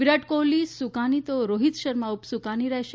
વિરાટ કોહલી સુકાની અને રોહિત શર્મા ઉપ સુકાની રહેશે